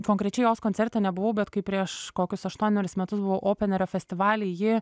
konkrečiai jos koncerte nebuvau bet kai prieš kokius aštuonerius metus buvau openerio festivaly ji